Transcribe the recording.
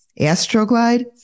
Astroglide